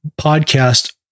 podcast